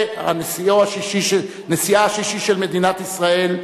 נשיאה השישי של מדינת ישראל,